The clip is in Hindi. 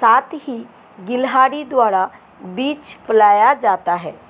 साथ ही गिलहरी द्वारा बीज फैलाया जाता है